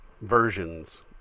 versions